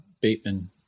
Bateman